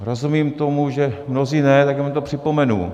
Rozumím tomu, že mnozí ne, tak já vám to připomenu.